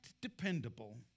dependable